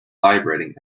vibrating